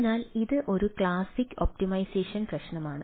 അതിനാൽ ഇത് ഒരു ക്ലാസിക് ഒപ്റ്റിമൈസേഷൻ പ്രശ്നമാണ്